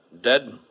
Dead